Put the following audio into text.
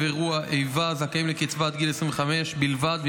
אירוע איבה זכאים לקצבה עד גיל 25 בלבד,